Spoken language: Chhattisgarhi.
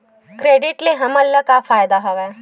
क्रेडिट ले हमन ला का फ़ायदा हवय?